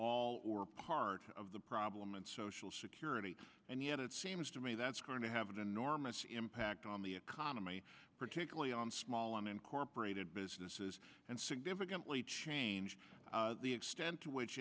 all or part of the problem and social security and yet it seems to me that's going to have an enormous impact on the economy particularly on small unincorporated businesses and significantly change the extent to which